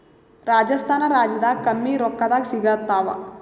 ರಾಜಸ್ಥಾನ ರಾಜ್ಯದಾಗ ಕಮ್ಮಿ ರೊಕ್ಕದಾಗ ಸಿಗತ್ತಾವಾ?